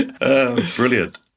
brilliant